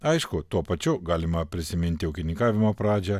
aišku tuo pačiu galima prisiminti ūkininkavimo pradžią